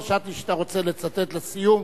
חשבתי שאתה רוצה לצטט לסיום,